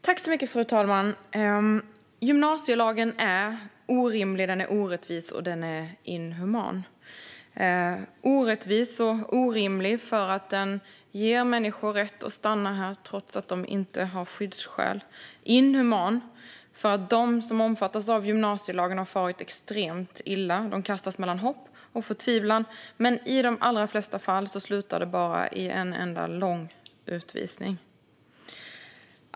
Fru talman! Gymnasielagen är orimlig, orättvis och inhuman. Den är orimlig och orättvis därför att den ger människor rätt att stanna här trots att de inte har skyddsskäl. Den är inhuman därför att de som omfattas av gymnasielagen har farit extremt illa. De kastas mellan hopp och förtvivlan, men i de allra flesta fall slutar det bara i en enda lång utvisning.